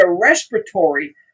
respiratory